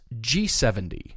G70